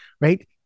right